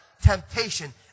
temptation